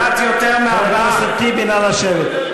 חבר הכנסת טיבי, נא לשבת.